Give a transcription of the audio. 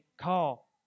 call